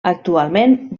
actualment